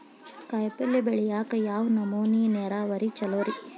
ಕಾಯಿಪಲ್ಯ ಬೆಳಿಯಾಕ ಯಾವ ನಮೂನಿ ನೇರಾವರಿ ಛಲೋ ರಿ?